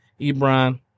Ebron